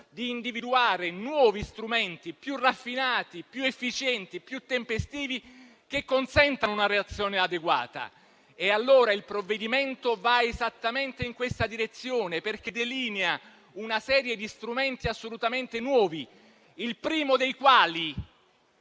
di individuare nuovi strumenti più raffinati, più efficienti, più tempestivi, che consentano una reazione adeguata. Il provvedimento va esattamente in questa direzione, perché delinea una serie di strumenti assolutamente nuovi, il primo dei quali